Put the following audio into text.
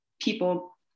people